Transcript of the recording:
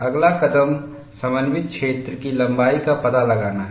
अगला कदम समन्वित क्षेत्र की लंबाई का पता लगाना है